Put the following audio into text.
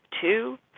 two